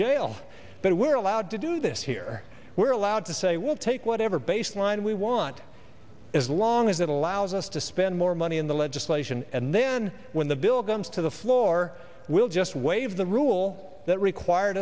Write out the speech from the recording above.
jail but we're allowed to do this here we're allowed to say we'll take whatever baseline we want as long as it allows us to spend more money in the legislation and then when the bill comes to the floor we'll just wave the rule that required